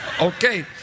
Okay